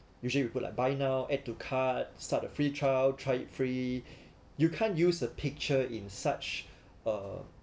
usually we put like buy now add to cart start a free trial try it free you can't use a picture in such uh